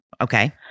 Okay